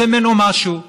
רוצה ממנו משהו,